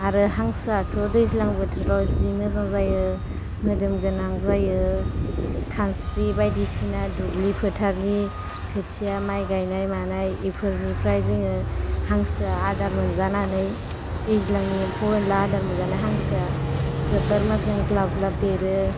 आरो हांसोआथ' दैज्लां बोथोराव जि मोजां जायो मोदोम गोनां जायो खानस्रि बायदिसिना दुब्लि फोथारनि खोथिया माइ गायनाय मानाय बेफोरनिफ्राय जोङो हांसोआ आदार मोनजानानै दैज्लांनि एमफौ एनला आदार मोनजाना हांसोआ जोबोर मोजां ग्लाब ग्लाब देरो